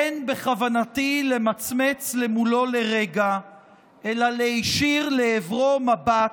אין בכוונתי למצמץ מולו לרגע אלא להישיר לעברו מבט,